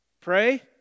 Pray